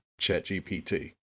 ChatGPT